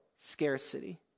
scarcity